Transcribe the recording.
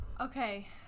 okay